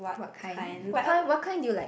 what kind what kind what kind you like